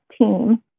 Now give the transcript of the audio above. team